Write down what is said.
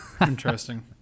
interesting